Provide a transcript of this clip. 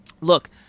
Look